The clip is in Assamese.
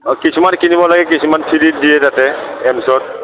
অঁ কিছুমান কিনিব লাগে কিছুমান দিয়ে তাতে এইমছত